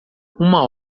uma